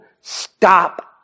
stop